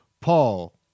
Paul